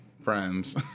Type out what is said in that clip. friends